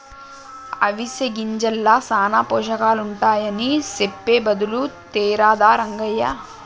అవిసె గింజల్ల సానా పోషకాలుంటాయని సెప్పె బదులు తేరాదా రంగయ్య